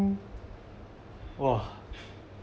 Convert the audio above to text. think !wah!